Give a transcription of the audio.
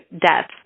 deaths